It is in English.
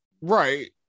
right